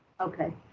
okay